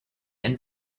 and